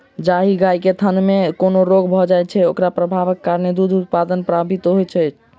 जाहि गाय के थनमे कोनो रोग भ जाइत छै, ओकर प्रभावक कारणेँ दूध उत्पादन प्रभावित होइत छै